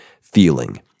feeling